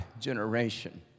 generation